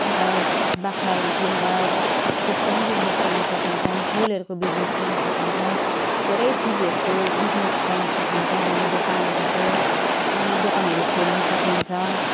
यता बाख्राहरू किनेर त्यसको पनि बिजनेस गर्नुसकिन्छ फुलहरूको बिजनेस गर्नुसकिन्छ धेरै चिजहरूको बिजनेस गर्नसकिन्छ हामी दोकानहरूको पनि दोकानहरू खोल्नुसकिन्छ